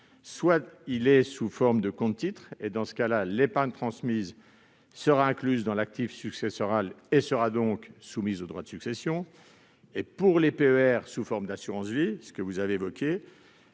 Soit il est sous forme de compte titres, et l'épargne transmise sera incluse dans l'actif successoral, donc soumise aux droits de succession ; soit il est sous forme d'assurance vie, cas que vous avez évoqué,